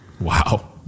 Wow